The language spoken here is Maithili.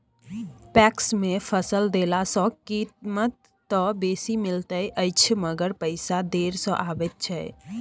पैक्स मे फसल देला सॅ कीमत त बेसी मिलैत अछि मगर पैसा देर से आबय छै